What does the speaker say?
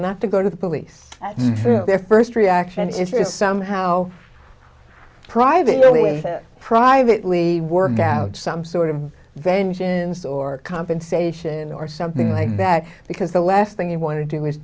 not to go to the police their first reaction to it is somehow privately privately work out some sort of vengeance or compensation or something like that because the last thing you want to do is